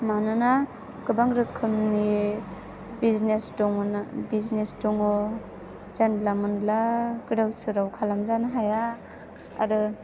मानोना गोबां रोखोमनि बिजनेस दङ जानला मोनला गोदाव सोराव खालामजानो हाया आरो